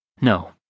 No